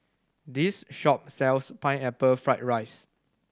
this shop sells Pineapple Fried rice